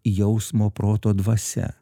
jausmo proto dvasia